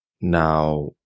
now